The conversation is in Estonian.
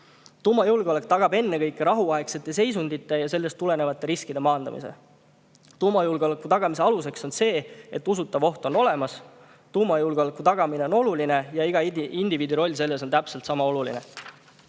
Tuumajulgeolek tagab ennekõike rahuaegsete seisundite ja neist tulenevate riskide maandamise. Tuumajulgeoleku tagamise aluseks on see, et usutav oht on olemas. Tuumajulgeoleku tagamine on oluline ja iga indiviidi roll selles on täpselt sama oluline.